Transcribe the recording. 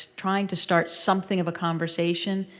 trying to start something of a conversation.